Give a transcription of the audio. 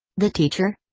the teacher?